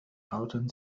howden